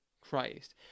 Christ